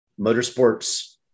motorsports